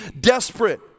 desperate